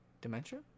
dementia